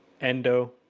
Endo